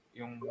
yung